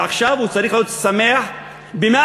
ועכשיו הוא צריך להיות שמח ב-150.